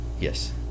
yes